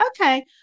okay